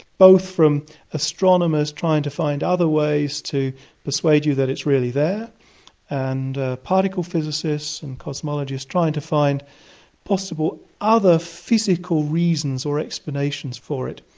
both from astronomers trying to find other ways to persuade you that it's really there and particle physicists and cosmologists trying to find possible other physical reasons or explanations for it.